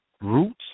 roots